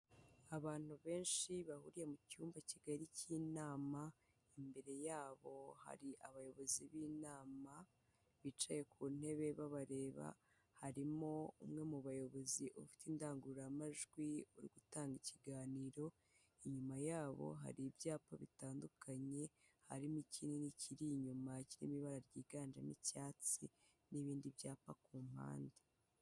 Abantu benshi bahuriye mu cyumba kigari cy'inama, imbere y'abo hari abayobozi b'inama bicaye ku ntebe babareba. Harimo umwe mu bayobozi ufite indangururamajwi uri gutanga ikiganiro, inyuma y'abo hari ibyapa bitandukanye harimo ikinini kiri inyuma kirimo ibara ryiganjemo icyatsi n'ibindi byapa ku mpande.